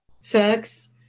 sex